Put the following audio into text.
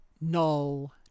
null